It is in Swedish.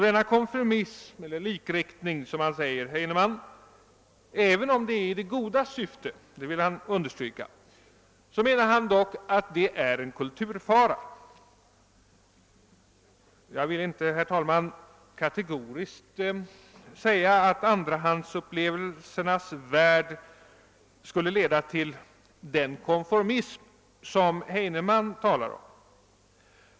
Denna konformism eller likriktning, som Heineman säger, menar han är — även om det är i det godas syfte; det vill han understryka — dock en kulturfara. Jag vill inte, herr talman, kategoriskt säga, . att : andrahandsupplevelsernas värld skulle leda till den konformism som Heineman talar om.